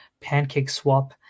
PancakeSwap